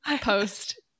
post